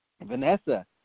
Vanessa